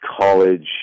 college